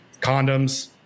Condoms